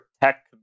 tech